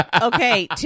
Okay